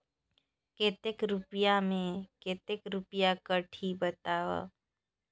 कतेक रुपिया मे कतेक रुपिया कटही बताव?